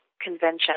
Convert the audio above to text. Convention